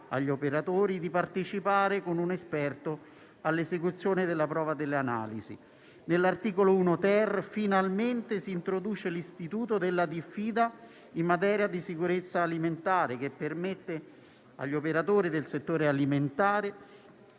agli operatori di partecipare con un esperto all'esecuzione della prova delle analisi. All'articolo 1-*ter* finalmente si introduce l'istituto della diffida in materia di sicurezza alimentare, che permette agli operatori del settore alimentare